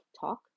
talk